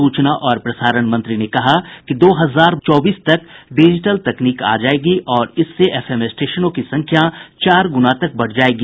सूचना और प्रसारण मंत्री ने कहा कि दो हजार चौबीस तक डिजिटल तकनीक आ जाएगी और इससे एफएम स्टेशनों की संख्या चार गुना तक बढ़ जाएगी